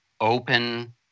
open